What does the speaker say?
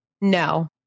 no